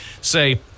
say